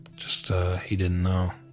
just he didn't know.